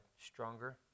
stronger